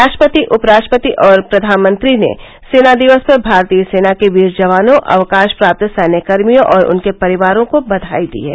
राष्ट्रपति उपराष्ट्रपति और प्रधानमंत्री ने सेना दिवस पर भारतीय सेना के वीर जवानों अवकाश प्राप्त सैन्यकर्भियों और उनके परिवारों को बधाई दी है